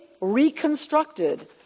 reconstructed